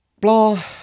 Blah